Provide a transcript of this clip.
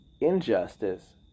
injustice